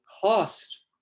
cost